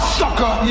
sucker